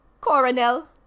Coronel